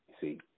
see